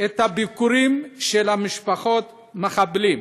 את הביקורים של משפחות המחבלים?